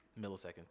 millisecond